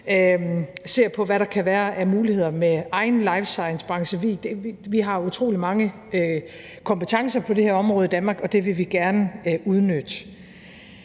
ser på, hvad der kan være af muligheder med egen life science-branche. Vi har utrolig mange kompetencer på det område i Danmark, og det vil vi gerne udnytte.